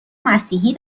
مسیحی